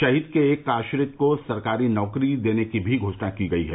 शहीद के एक आश्रित को सरकारी नौकरी देने की भी घोषणा की गयी है